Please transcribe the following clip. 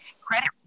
Credit